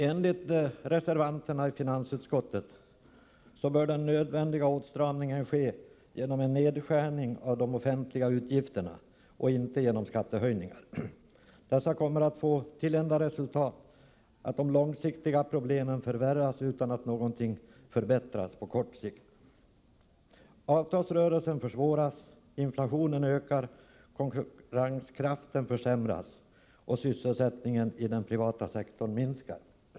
Enligt reservanterna i finansutskottet bör den nödvändiga åtstramningen ske genom en nedskärning av de offentliga utgifterna och inte genom skattehöjningar. Dessa kommer att få till enda resultat att de långsiktiga problemen förvärras utan att något förbättras på kort sikt. Avtalsrörelsen försvåras därmed, inflationen ökar, konkurrenskraften försämras och sysselsättningen i den privata sektorn minskar.